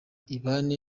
ibane